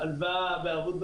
הלוואה בערבות,